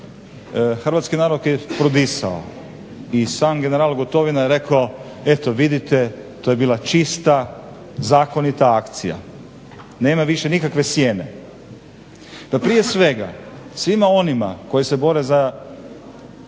hrvatski narod je prodisao. I sam general Gotovina je rekao eto vidite to je bila čista, zakonita akcija. Nema više nikakve sjene. No, prije svega svima onima koji se bore da